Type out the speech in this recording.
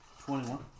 21